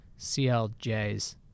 CLJs